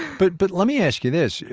but but let me ask you this. yeah